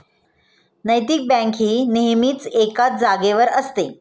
नैतिक बँक ही नेहमीच एकाच जागेवर असते